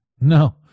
no